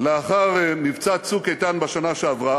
לאחר מבצע "צוק איתן" בשנה שעברה,